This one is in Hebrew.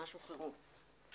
(הישיבה נפסקה בשעה 12:40 ונתחדשה בשעה 12:45.)